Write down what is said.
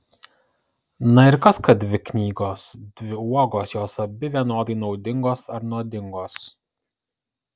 na ir kas kad dvi knygos dvi uogos jos abi vienodai naudingos ar nuodingos